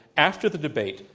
after the debate,